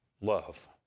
love